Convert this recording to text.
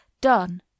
done